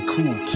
Cool